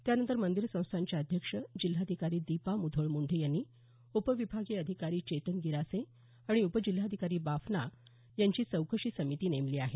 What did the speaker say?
त्यानंतर मंदिर संस्थानच्या अध्यक्ष जिल्हाधिकारी दीपा मुधोळ मुंडे यांनी या तक्रारीची दखल घेत उपविभागीय अधिकारी चेतन गिरासे आणि उपजिल्हाधिकारी बाफना यांची चौकशी समिती नेमली आहे